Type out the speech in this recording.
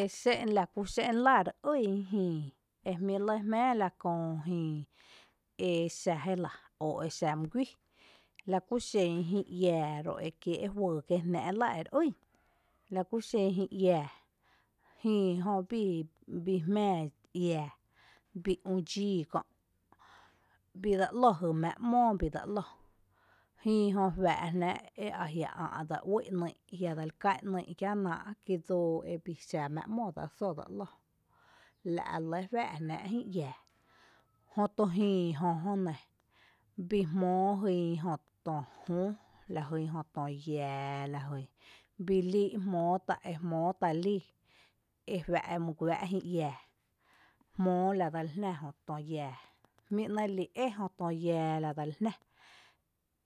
Exé’n lakú xé’n lⱥ re ýn jïï e jmíi’ lɇ jmⱥⱥ la köö jïï exa jélⱥ o exam ý guy, lakúxen jïï iⱥⱥ ró’ ekiee’ juyy kiee jnⱥ’ lⱥ re ýn, lakú xen jïï iⱥⱥ, jïï jö bii bii jmⱥⱥ iⱥⱥ bii üdxii kö’ bii dsa ‘lo jy mⱥⱥá ‘mó bii dsa ‘lo jïï jö juⱥⱥ’ jnⱥⱥ’ e ajiⱥ’ a’ dse uí’ ‘nýy’ ajia dseli ka’an ‘nýy’ kienáa’ kí dsoo ebii xa mⱥⱥ ‘mó dsa só dsa ‘lo, la’ re lɇ juⱥⱥ’ jnⱥⱥ jïï iⱥⱥ. Jötu jÿy jö jö nɇ bii jmoo jýn jö tö jü, lajyn jötö yⱥⱥ lajyn, bii lii jmootá’ e jua’ jmoo tá’ lii ejua’ emy guⱥⱥ’ jïï iäa jmóo ladseli jnⱥ Jö tö yⱥⱥ, jmí, nɇɇ’ lii’ é jöTö yⱥⱥ la dse li jná,